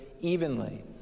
evenly